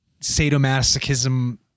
sadomasochism